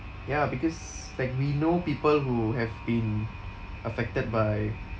ya because like we know people who have been affected by